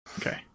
Okay